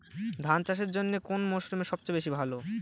ধান চাষের জন্যে কোন মরশুম সবচেয়ে ভালো?